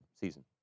season